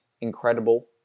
incredible